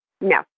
No